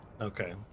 Okay